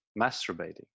masturbating